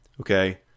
Okay